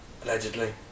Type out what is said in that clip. Allegedly